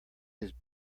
his